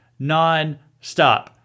nonstop